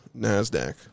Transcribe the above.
Nasdaq